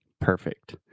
Perfect